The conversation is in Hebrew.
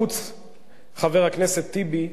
חבר הכנסת טיבי,